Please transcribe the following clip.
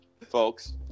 folks